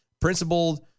principled